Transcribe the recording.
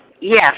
Yes